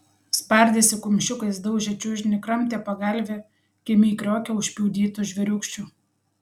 spardėsi kumščiukais daužė čiužinį kramtė pagalvę kimiai kriokė užpjudytu žvėriūkščiu